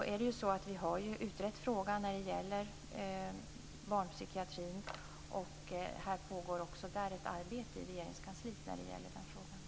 Vi har ju utrett frågan om barnpsykiatrin. Det pågår ett arbete i Regeringskansliet också i den frågan.